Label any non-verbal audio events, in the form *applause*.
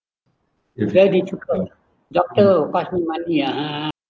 *noise* where did you go doctor got good money ah *noise*